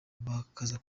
bakaza